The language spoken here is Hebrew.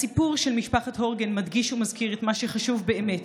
הסיפור של משפחת הורגן מדגיש ומזכיר את מה שחשוב באמת,